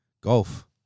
golf